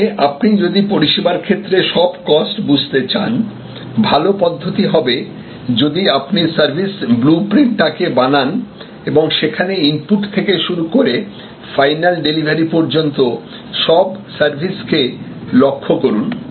তারমানে আপনি যদি পরিসেবার ক্ষেত্রে সব কস্ট বুঝতে চান ভাল পদ্ধতি হবে যদি আপনি সার্ভিস ব্লুপ্রিন্ট টাকে বানান এবং সেখানে ইনপুট থেকে শুরু করে ফাইনাল ডেলিভারি পর্যন্ত সব সার্ভিসকে লক্ষ্য করুন